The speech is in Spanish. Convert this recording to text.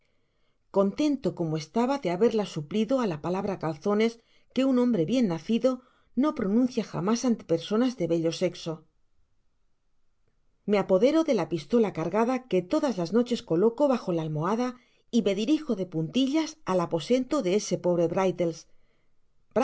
contento como estaba de haberla suplido á la palabra calzones que un hombre bien nacido no pronuncia jamás ante personas del bello sexo me apodero de la pistola cargada que todas las noches coloco bajo la almohada y me dirijo de puntillas al aposento de ese pobre